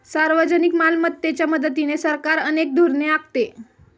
सार्वजनिक मालमत्तेच्या मदतीने सरकार अनेक धोरणे आखते